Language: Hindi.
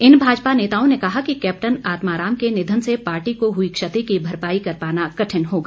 इन भाजपा नेताओं ने कहा कि कैप्टन आत्मा राम के निधन से पार्टी को हुई क्षति की भरपाई कर पाना कठिन होगा